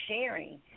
sharing